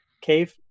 cave